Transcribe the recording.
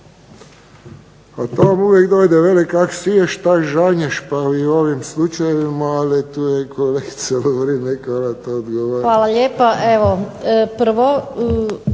Hvala lijepo.